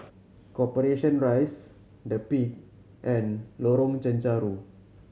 Corporation Rise The Peak and Lorong Chencharu